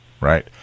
right